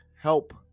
help